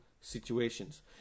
situations